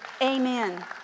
Amen